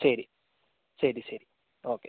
ശരി ശരി ശരി ഓക്കെ